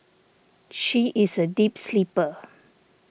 she is a deep sleeper